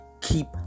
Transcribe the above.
Keep